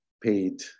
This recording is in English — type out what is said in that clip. paid